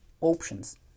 options